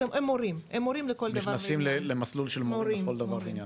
הם מורים לכל דבר ועניין.